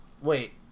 Wait